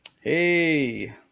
Hey